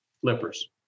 flippers